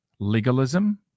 legalism